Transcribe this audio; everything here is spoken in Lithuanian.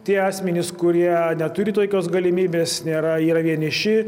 tie asmenys kurie neturi tokios galimybės nėra yra vieniši